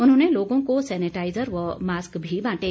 उन्होंने लोगों को सैनिटाइजर व मास्क भी बांटे